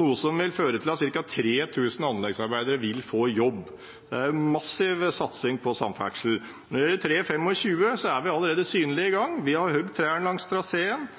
noe som vil føre til at ca. 3 000 anleggsarbeidere vil få jobb. Det er en massiv satsing på samferdsel. Når det gjelder rv. 3 og rv. 25 er vi allerede synlig i gang. Vi har hogd trærne langs traseen,